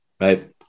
right